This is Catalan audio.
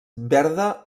verda